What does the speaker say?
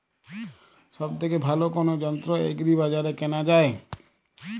সব থেকে ভালো কোনো যন্ত্র এগ্রি বাজারে কেনা যায়?